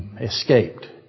escaped